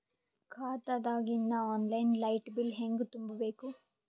ಖಾತಾದಾಗಿಂದ online light bill ಹೇಂಗ ತುಂಬಾ ಬೇಕು?